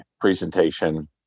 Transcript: presentation